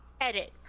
Edit